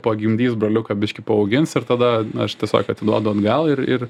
pagimdys broliuką biškį paaugins ir tada aš tiesiog atiduodu atgal ir ir